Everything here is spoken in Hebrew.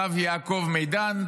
הרב יעקב מדן.